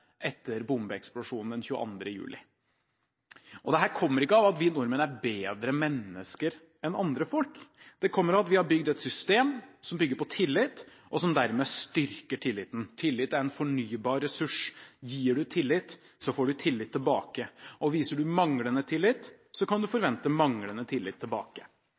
etter bombeeksplosjonen den 22. juli. Dette kommer ikke av at vi nordmenn er bedre mennesker enn andre folk. Det kommer av at vi har bygd et system som bygger på tillit, og som dermed styrker tilliten. Tillit er en fornybar ressurs. Gir du tillit, får du tillit tilbake. Viser du manglende tillit, kan du forvente manglende tillit tilbake.